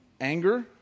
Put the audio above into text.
anger